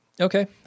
Okay